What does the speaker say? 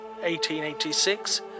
1886